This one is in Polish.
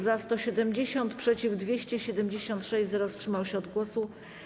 Za - 170, przeciw - 276, nikt nie wstrzymał się od głosu.